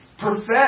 perfect